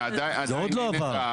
זה עוד לא עבר.